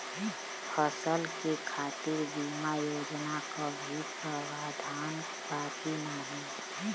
फसल के खातीर बिमा योजना क भी प्रवाधान बा की नाही?